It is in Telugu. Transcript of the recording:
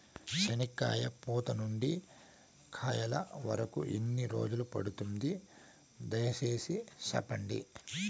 చెనక్కాయ పూత నుండి కాయల వరకు ఎన్ని రోజులు పడుతుంది? దయ సేసి చెప్పండి?